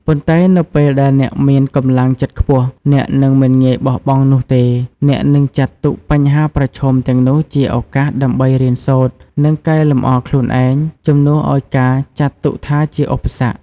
ប៉ុន្តែនៅពេលដែលអ្នកមានកម្លាំងចិត្តខ្ពស់ អ្នកនឹងមិនងាយបោះបង់នោះទេ។ អ្នកនឹងចាត់ទុកបញ្ហាប្រឈមទាំងនោះជាឱកាសដើម្បីរៀនសូត្រ និងកែលម្អខ្លួនឯង ជំនួសឱ្យការចាត់ទុកថាជាឧបសគ្គ។